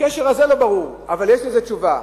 הקשר הזה לא ברור, אבל יש לזה תשובה.